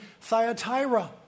Thyatira